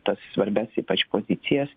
tas svarbias ypač pozicijas